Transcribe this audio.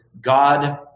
God